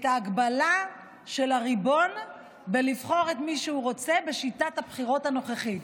ההגבלה של הריבון בלבחור את מי שהוא רוצה בשיטת הבחירות הנוכחית?